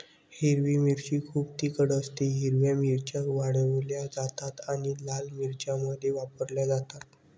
हिरवी मिरची खूप तिखट असतेः हिरव्या मिरच्या वाळवल्या जातात आणि लाल मिरच्यांमध्ये वापरल्या जातात